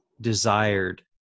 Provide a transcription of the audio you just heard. desired